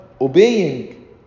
obeying